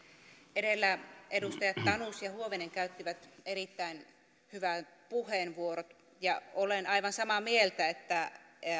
edellä edustajat tanus ja huovinen käyttivät erittäin hyvät puheenvuorot ja olen aivan samaa mieltä että